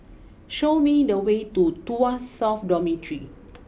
show me the way to Tuas South Dormitory